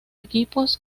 equipos